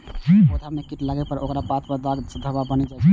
पौधा मे कीट लागै पर ओकर पात पर दाग धब्बा बनि जाइ छै